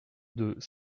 deux